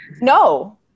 No